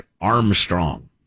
Armstrong